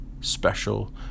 special